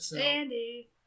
Andy